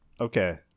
Okay